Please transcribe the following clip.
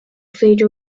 非洲